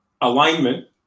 alignment